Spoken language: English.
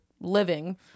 living